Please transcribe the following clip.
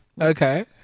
Okay